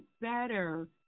better